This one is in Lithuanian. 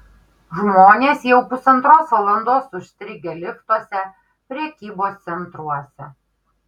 žmonės jau pusantros valandos užstrigę liftuose prekybos centruose